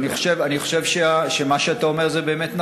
אבל אני חושב שמה שאתה אומר זה באמת נכון,